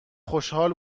خوشحال